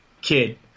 kid